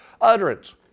utterance